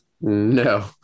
no